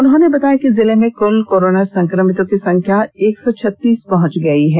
उन्होंने बताया कि जिले में कुल कोरोना संक्रमितों की संख्या एक सौ छत्तीस पहंच गयी है